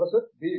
professor B